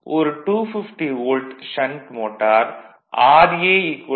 ஒரு 250 volt shunt motor ra 0